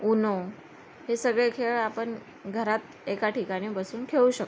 Uno हे सगळे खेळ आपण घरात एका ठिकाणी बसून खेळू शकतो